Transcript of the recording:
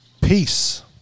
Peace